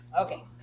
Okay